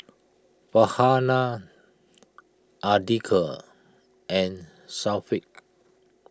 Farhanah andika and Syafiq